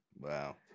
Wow